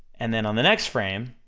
and then on the next frame,